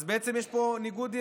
אז בעצם יש פה ניגוד עניינים,